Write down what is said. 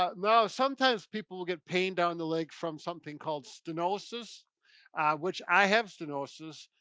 ah now, sometimes people will get pain down the leg from something called stenosis which, i have stenosis,